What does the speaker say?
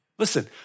Listen